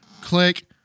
Click